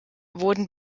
wurden